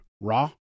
raw